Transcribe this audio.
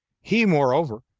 he, moreover,